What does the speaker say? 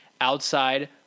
outside